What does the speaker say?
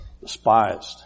despised